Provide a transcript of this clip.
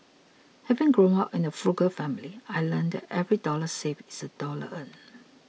having grown up in a frugal family I learnt that every dollar saved is a dollar earned